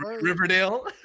Riverdale